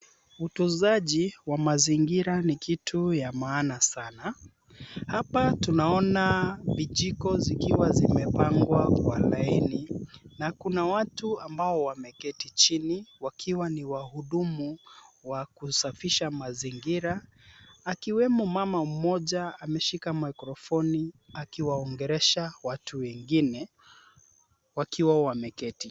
Utunzaji wa mazingira ni kitu ya maana sana, hapa tunaona vijiko zikiwa zimepangwa kwa laini na kuna watu ambao wameketi chini wakiwa ni wahudumu wa kusafisha mazingira, akiwemo mama mmoja ameshika mikrofoni; akiwaongelesha watu wengine wakiwa wameketi.